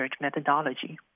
methodology